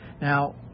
Now